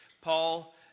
Paul